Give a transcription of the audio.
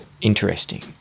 interesting